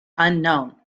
unknown